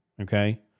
okay